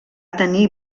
tenir